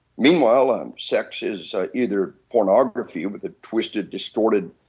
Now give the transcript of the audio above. meanwhile, and sex is either pornography with a twisted, distorted,